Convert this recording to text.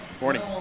Morning